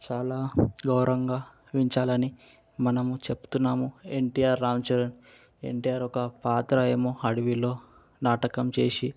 చాలా గౌరవంగా ఊహించాలని మనము చెప్తున్నాము ఎన్టిఆర్ రామ్ చరణ్ ఎన్టిఆర్ ఒక పాత్ర ఏమో అడవిలో నాటకం చేసి